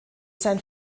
sein